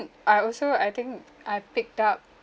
I also I think I picked up